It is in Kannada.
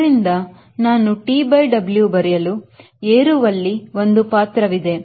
ಅದರಿಂದ ನಾನು TW ಬರೆಯಲು ಏರುವಲ್ಲಿ ಒಂದು ಪಾತ್ರವಿದೆ